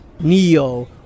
neo